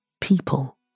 people